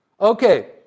Okay